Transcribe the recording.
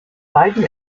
beiden